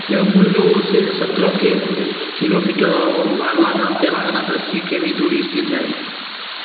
यह मुलुगु से सत्रह के किलोमीटर और वारलांगान तेलंगाना से अस्सी के मी दूरी स्थित है